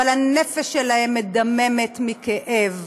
אבל הנפש שלהם מדממת מכאב,